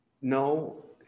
No